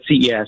CES